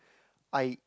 I